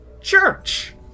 church